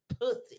pussy